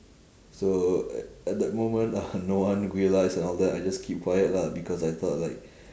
so a~ at that moment no one realised and all that I just keep quiet lah because I thought like